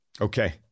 Okay